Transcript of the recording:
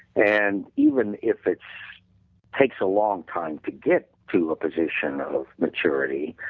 and even if it takes a long time to get to a position of maturity,